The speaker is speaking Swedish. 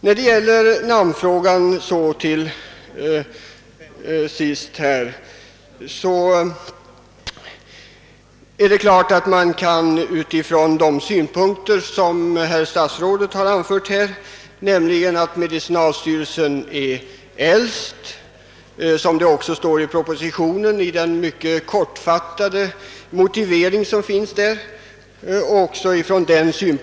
När det gäller namnfrågan är det klart att man kan anföra den synpunkt som statsrådet här och i den kortfattade motiveringen i propositionen gjort sig till talesman för, nämligen att medicinalstyrelsen är det äldsta av de verk, som omfattas av sammanläggningen, och att den nya myndigheten därför bör kallas medicinalstyrelsen.